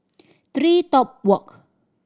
TreeTop Walk